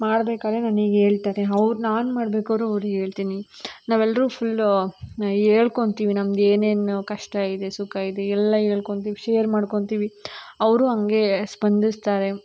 ಮಾಡ್ಬೇಕಾದ್ರೆ ನನಗೆ ಹೇಳ್ತಾರೆ ಅವ್ರು ನಾನು ಮಾಡ್ಬೇಕಾದ್ರು ಅವ್ರಿಗೆ ಹೇಳ್ತೀನಿ ನಾವೆಲ್ಲರೂ ಫುಲ್ಲು ಹೇಳ್ಕೊಂತೀವಿ ನಮ್ದು ಏನೇನು ಕಷ್ಟ ಇದೆ ಸುಖ ಇದೆ ಎಲ್ಲ ಹೇಳ್ಕೊಂತೀವ್ ಶೇರ್ ಮಾಡ್ಕೊಳ್ತೀವಿ ಅವರೂ ಹಂಗೇ ಸ್ಪಂದಿಸ್ತಾರೆ